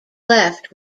left